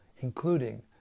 including